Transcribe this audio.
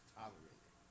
tolerated